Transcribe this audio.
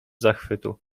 zachwytu